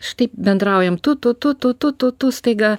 štai bendraujam tu tu tu tu tu tu tu staiga